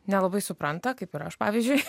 nelabai supranta kaip ir aš pavyzdžiui